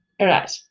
right